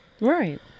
Right